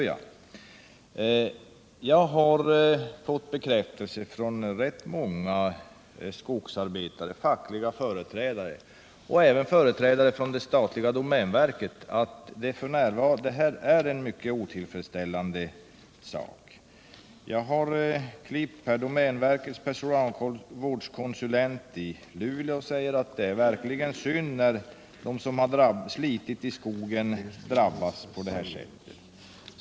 Jag har fått bekräftelse från rätt många skogsarbetare, fackliga företrädare och även representanter för det statliga domänverket på att förhållandena i det här fallet är mycket otillfredsställande. Enligt ett klipp som jag har här säger domänverkets personalvårdskonsulent i Luleå att det är verkligen synd att de som har slitit i skogen drabbas på detta sätt.